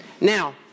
Now